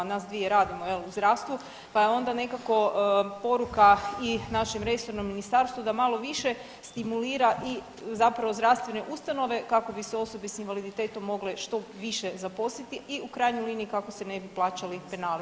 Nas dvije radimo jel u zdravstvu pa je onda nekako poruka i našem resornom ministarstvu da malo više stimulira i zapravo zdravstvene ustanove kako bi se osobe s invaliditetom mogle što više zaposliti i u krajnjoj liniji kako se ne bi plaćali penali.